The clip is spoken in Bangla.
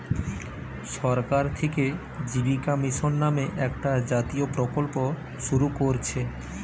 সরকার থিকে জীবিকা মিশন নামে একটা জাতীয় প্রকল্প শুরু কোরছে